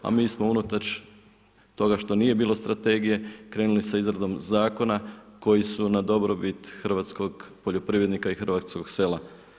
A mi smo unatoč toga što nije bilo strategije, krenuli sa izradom zakona, koji su na dobrobit hrvatskog poljoprivrednika i hrvatskog sela.